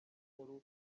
inkuru